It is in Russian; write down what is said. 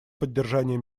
поддержание